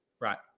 Right